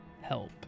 help